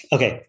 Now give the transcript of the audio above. Okay